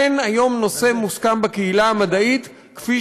אין היום נושא מוסכם בקהילה המדעית כפי